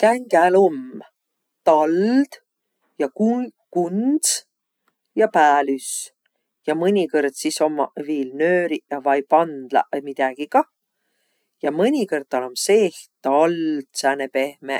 Kängäl om tald ja kun- kunds ja päälüs. Ja mõnikõrd sis ommaq viil nööriq vai pandlaq vai midägi kah. Ja mõnikõrd tal om seeh tald, sääne pehmeq.